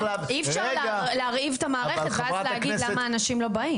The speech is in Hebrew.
אי-אפשר להרעיב את המערכת ואז להגיד למה אנשים לא באים.